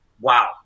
wow